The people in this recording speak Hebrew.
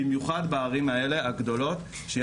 במיוחד בערים הגדולות האלה.